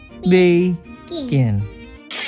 begin